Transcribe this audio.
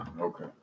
Okay